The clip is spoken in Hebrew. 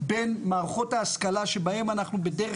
בין מערכות ההשכלה שבהן אנחנו בדרך